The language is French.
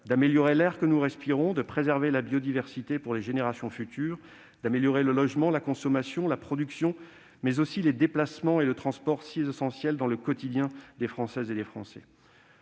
d'améliorer l'air que nous respirons, de préserver la biodiversité pour les générations futures, d'améliorer le logement, la consommation, la production, mais aussi les déplacements et le transport, si essentiels dans le quotidien des Françaises et des Français.